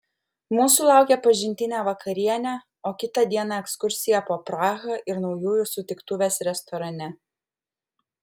mūsų laukė pažintinė vakarienė o kitą dieną ekskursija po prahą ir naujųjų sutiktuvės restorane